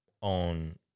on